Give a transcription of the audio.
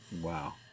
Wow